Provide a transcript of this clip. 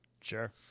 Sure